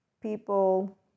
people